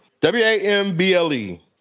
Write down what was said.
W-A-M-B-L-E